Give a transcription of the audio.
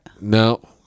No